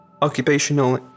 occupational